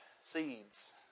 seeds